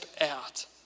out